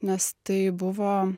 nes tai buvo